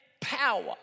power